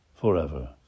forever